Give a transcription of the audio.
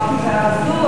אמרתי: תארזו.